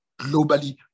globally